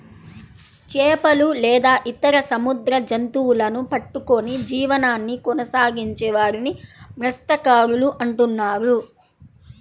చేపలు లేదా ఇతర సముద్ర జంతువులను పట్టుకొని జీవనాన్ని కొనసాగించే వారిని మత్య్సకారులు అంటున్నారు